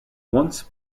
once